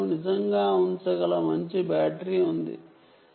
ఇందులో చిన్న coin cell battery లు ఉంచవచ్చు